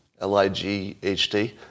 L-I-G-H-T